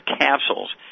capsules